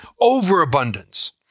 overabundance